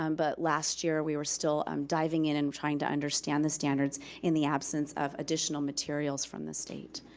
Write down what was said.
um but last year, we were still um diving in and trying to understand the standards in the absence of additional materials from the state.